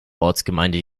ortsgemeinde